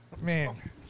Man